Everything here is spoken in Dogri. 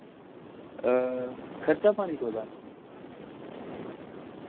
खर्चा पानी कोह्दा